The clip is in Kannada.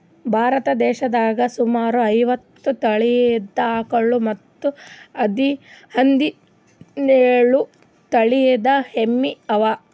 ಭಾರತ್ ದೇಶದಾಗ್ ಸುಮಾರ್ ಐವತ್ತ್ ತಳೀದ ಆಕಳ್ ಮತ್ತ್ ಹದಿನೇಳು ತಳಿದ್ ಎಮ್ಮಿ ಅವಾ